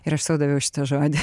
ir aš sau daviau šitą žodį